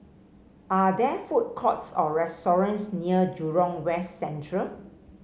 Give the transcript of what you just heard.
are there food courts or restaurants near Jurong West Central